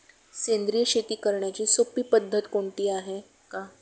सेंद्रिय शेती करण्याची सोपी पद्धत कोणती आहे का?